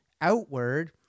Outward